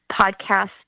podcast